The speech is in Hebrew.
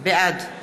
בעד